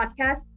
podcast